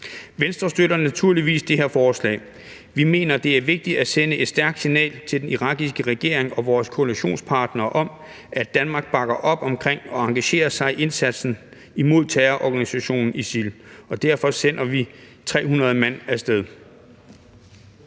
Venstre støtter naturligvis det her forslag. Vi mener, det er vigtigt at sende et stærkt signal til den irakiske regering og vores koalitionspartnere om, at Danmark bakker op om og engagerer sig i indsatsen imod terrororganisationen ISIL, og derfor sender vi 300 mand af sted.